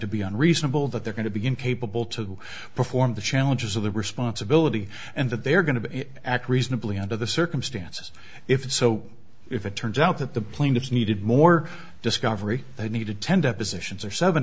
to be unreasonable that they're going to begin capable to perform the challenges of the responsibility and that they're going to act reasonably under the circumstances if so if it turns out that the plaintiffs needed more discovery they needed ten depositions or seven